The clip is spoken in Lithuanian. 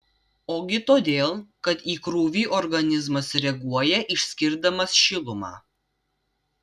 ogi todėl kad į krūvį organizmas reaguoja išskirdamas šilumą